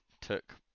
took